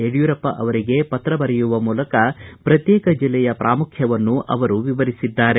ಯಡಿಯೂರಪ್ಪ ಅವರಿಗೆ ಪತ್ರ ಬರೆಯುವ ಮೂಲಕ ಪ್ರತ್ಯೇಕ ಜಿಲ್ಲೆಯ ಪ್ರಾಮುಖ್ಯವನ್ನು ಅವರು ವಿವರಿಸಿದ್ದಾರೆ